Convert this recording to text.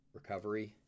recovery